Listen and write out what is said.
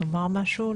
לומר משהו?